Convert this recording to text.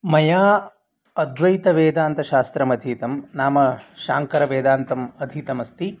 मया अद्वैतवेदान्तशास्त्रम् अधीतं नाम शाङ्करवेदान्तम् अधीतमस्ति